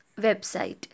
website